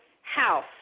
house